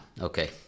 okay